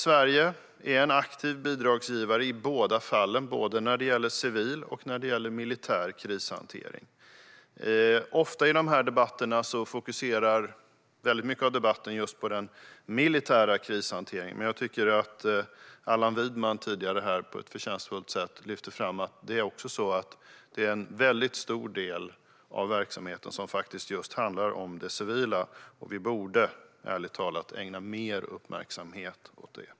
Sverige är en aktiv bidragsgivare när det gäller både civil och militär krishantering. I de här debatterna fokuseras det ofta på just den militära krishanteringen. Men jag tycker att Allan Widman på ett förtjänstfullt sätt lyfte fram att en stor del av verksamheten handlar om det civila. Vi borde ärligt talat ägna det mer uppmärksamhet.